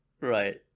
Right